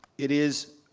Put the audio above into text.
it is